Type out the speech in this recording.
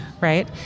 Right